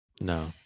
No